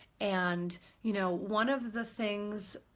and you know one of the things.